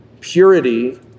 Purity